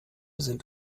sind